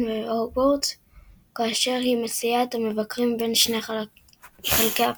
והוגוורטס כאשר היא מסיעה את המבקרים בין שני חלקי הפארק.